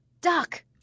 Duck